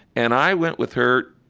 and i went with her.